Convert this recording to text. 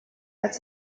als